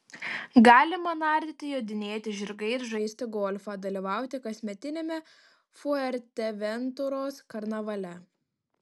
galima nardyti jodinėti žirgais žaisti golfą dalyvauti kasmetiniame fuerteventuros karnavale